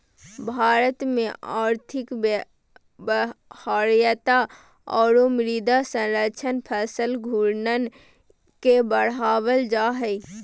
भारत में और्थिक व्यवहार्यता औरो मृदा संरक्षण फसल घूर्णन के बढ़ाबल जा हइ